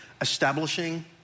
establishing